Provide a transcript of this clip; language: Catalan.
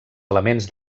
elements